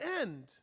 end